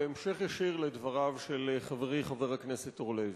בהמשך ישיר לדבריו של חברי חברי הכנסת אורלב,